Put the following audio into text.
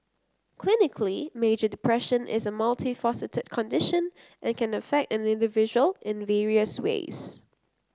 clinically major depression is a multifaceted condition and can affect an individual in various ways